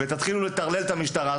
ותתחילו לטרלל את המשטרה,